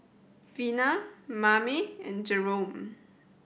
Vina Mame and Jerome